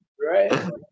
right